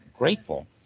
grateful